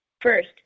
First